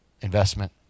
investment